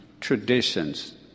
traditions